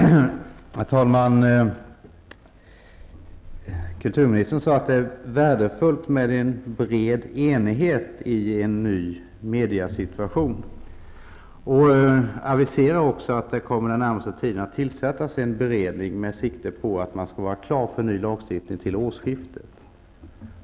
Herr talman! Kulturministern sade att det är värdefullt med en bred enighet i en ny mediesituation. Hon aviserade också att en beredning kommer att tillsättas under den närmaste tiden. Siktet är inställt på att det skall vara klart för en ny lagstiftning vid årsskiftet.